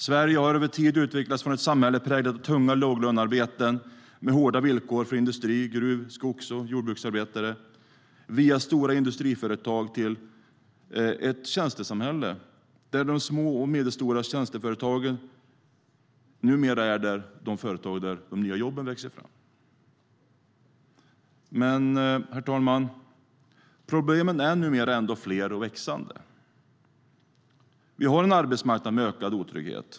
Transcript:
Sverige har över tid utvecklats från ett samhälle präglat av tunga låglönearbeten med hårda villkor för industri, gruv, skogs och jordbruksarbetare via stora industriföretag till ett tjänstesamhälle, där de små och medelstora tjänsteföretagen numera är de företag där de nya jobben växer fram. Herr talman! Problemen är numera ändå fler och växande. Vi har en arbetsmarknad med ökad otrygghet.